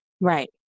Right